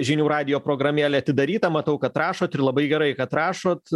žinių radijo programėlė atidaryta matau kad rašot ir labai gerai kad rašot